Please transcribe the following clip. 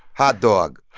hot dog